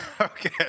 Okay